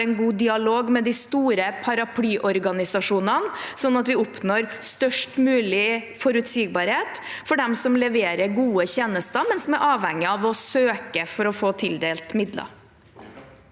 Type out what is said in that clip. en god dialog med de store paraplyorganisasjonene, sånn at vi oppnår størst mulig forutsigbarhet for dem som leverer gode tjenester, men som er avhengig av å søke for å få tildelt midler.